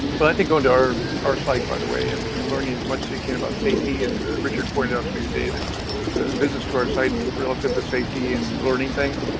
well, i think going to our our site by the way, and and learning as much as you can about safety. and richard pointed out to me today that the visits to our site relative to safety and learning things,